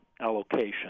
allocation